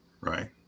Right